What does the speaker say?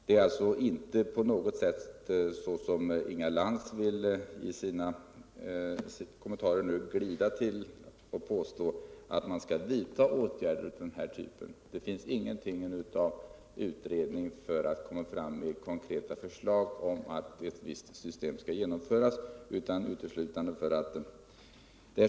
Det är inte på något sätt som Inga Lantz i sina kommentarer vill påstå. nämligen att man skall vidta åtgärder av den här typen. Det planeras inte en utredning i syfte att komma med konkreta förslag om att ägarlägenheter skall genomföras.